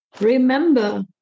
Remember